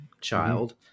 child